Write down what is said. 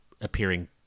appearing